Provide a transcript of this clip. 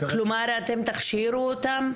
כלומר אתם תכשירו אותם?